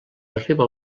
arriba